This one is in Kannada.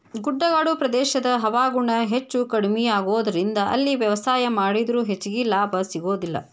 ಗುಡ್ಡಗಾಡು ಪ್ರದೇಶದ ಹವಾಗುಣ ಹೆಚ್ಚುಕಡಿಮಿ ಆಗೋದರಿಂದ ಅಲ್ಲಿ ವ್ಯವಸಾಯ ಮಾಡಿದ್ರು ಹೆಚ್ಚಗಿ ಲಾಭ ಸಿಗೋದಿಲ್ಲ